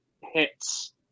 hits